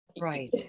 Right